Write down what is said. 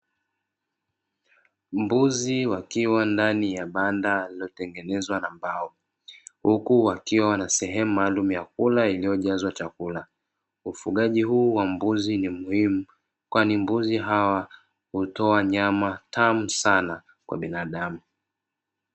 Mbuzi wakiwa ndani ya banda lililotengenezwa na mbao, huku wakiwa wana sehemu maalumu ya kula iliyojazwa chakula. Ufugaji huu wa mbuzi ni muhimu, kwani mbuzi hawa hutoa nyama tamu sana kwa binadamu.